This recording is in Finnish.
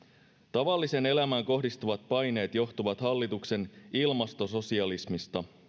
tavalliseen elämään kohdistuvat paineet johtuvat hallituksen ilmastososialismista